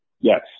Yes